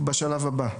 בבקשה.